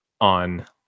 on